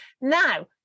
now